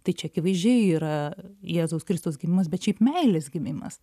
tai čia akivaizdžiai yra jėzaus kristaus gimimas bet šiaip meilės gimimas